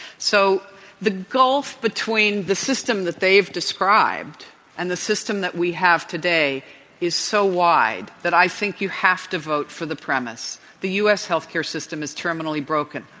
so the gulf between the system that they've described and the system that we have today is so wide that i think you have to vote for the premise, the u. s. health care system is terminally broken,